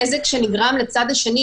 הנזק שנגרם לצד השני,